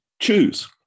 choose